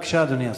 בבקשה, אדוני השר.